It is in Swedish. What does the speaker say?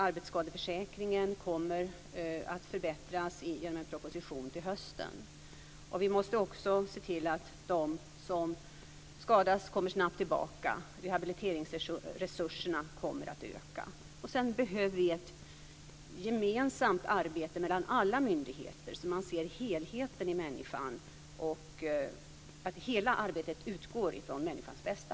Arbetsskadeförsäkringen kommer att förbättras genom en proposition till hösten. Man måste också se till att de som skadas kommer snabbt tillbaka. Rehabiliteringsresurserna kommer att öka. Vidare behövs ett gemensamt arbete mellan alla myndigheter, så att hela arbetet utgår från människans bästa.